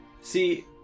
See